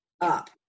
up